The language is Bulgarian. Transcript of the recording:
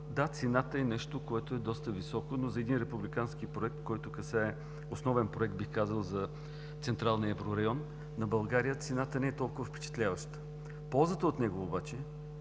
Да, цената е нещо, което е доста високо, но за един републикански проект, евроосновен проект, бих казал, централния еврорайон на България, цената не е толкова впечатляваща. Ползата от него обаче